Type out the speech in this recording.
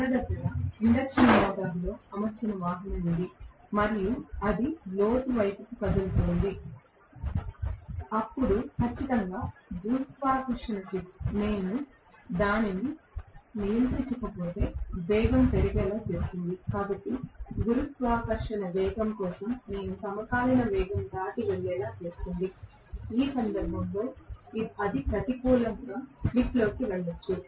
మన దగ్గర ఇండక్షన్ మోటారుతో అమర్చిన వాహనం ఉంది మరియు అది లోతువైపు కదులుతోంది అప్పుడు ఖచ్చితంగా గురుత్వాకర్షణ నేను దానిని నియంత్రించకపోతే వేగం పెరిగేలా చేస్తుంది కాబట్టి గురుత్వాకర్షణ వేగం దీనికోసం సమకాలీన వేగం దాటి వెళ్ళేలా చేస్తుంది ఈ సందర్భంలో అది ప్రతికూలంగా స్లిప్లోకి వెళ్ళవచ్చు